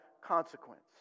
consequence